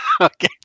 Okay